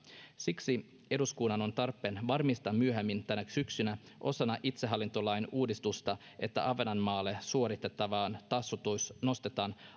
siksi eduskunnan on tarpeen varmistaa myöhemmin tänä syksynä osana itsehallintolain uudistusta että ahvenanmaalle suoritettava tasoitus nostetaan